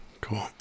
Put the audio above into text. cool